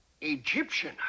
Egyptian